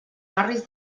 barris